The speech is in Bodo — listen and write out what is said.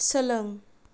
सोलों